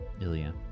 Ilya